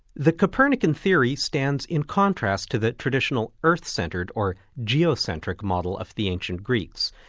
the copernican theory stands in contrast to the traditional earth centred or geocentric model of the ancient greeks,